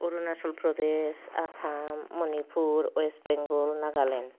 Arunachal Pradesh Assam Manipur West Bengal Nagaland